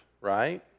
Right